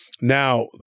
now